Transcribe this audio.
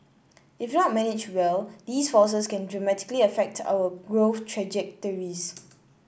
if not managed well these forces can dramatically affect our growth trajectories